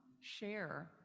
share